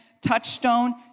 touchstone